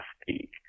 speak